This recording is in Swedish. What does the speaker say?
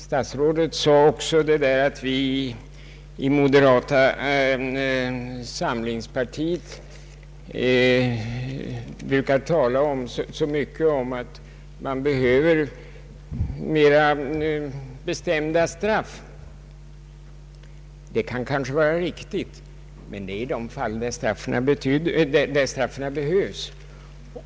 Statsrådet sade också att vi i moderata samlingspartiet brukar tala så mycket om att man behöver mera bestämda straff. Det kanske är riktigt, men det gäller de fall där straffen behövs.